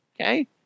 Okay